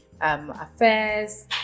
affairs